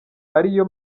ariyo